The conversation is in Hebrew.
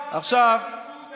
לוועדה שאין לה שום סמכויות.